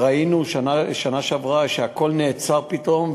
ראינו שהכול נעצר פתאום,